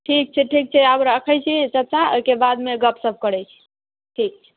ठीक छै ठीक छै आब राखैत छी सबटा ओहिके बादमे गप सप करैत छी ठीक छै